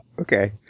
Okay